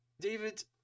David